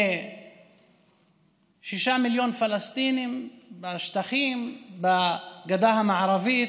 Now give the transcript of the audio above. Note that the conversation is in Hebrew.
משישה מיליון פלסטינים בשטחים, בגדה המערבית,